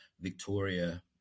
Victoria